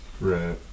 Right